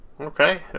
Okay